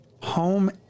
home